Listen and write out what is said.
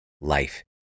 Life